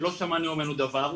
לא שמענו ממנו דבר,